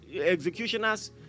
executioners